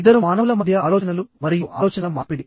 ఇద్దరు మానవుల మధ్య ఆలోచనలు మరియు ఆలోచనల మార్పిడి